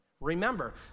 remember